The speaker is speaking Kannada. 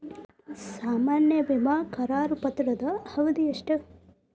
ಸಾಮಾನ್ಯ ವಿಮಾ ಕರಾರು ಪತ್ರದ ಅವಧಿ ಎಷ್ಟ?